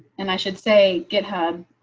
and i should say github.